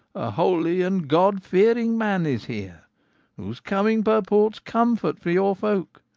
a holy and god-fearing man is here whose coming purports comfort for your folk.